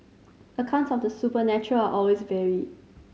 accounts of the supernatural always varied